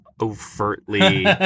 overtly